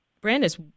Brandis